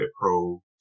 Pro